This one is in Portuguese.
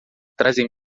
trazem